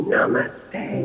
Namaste